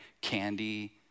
candy